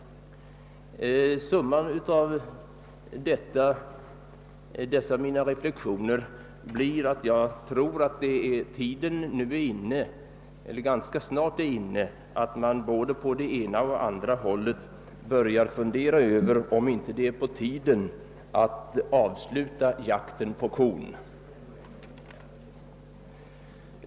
Summan av dessa mina reflexioner blir att jag tror att tiden ganska snart är inne då man på både det ena och det andra hållet borde börja fundera över om det inte är dags att avsluta »jakten på kor».